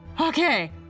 Okay